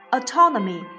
Autonomy